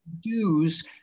dues